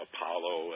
Apollo